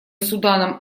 суданом